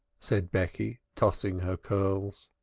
said becky, tossing her curls.